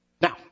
Now